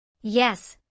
Yes